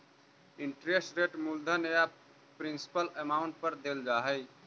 interest rate मूलधन या principal amount पर देल जा हई